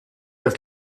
das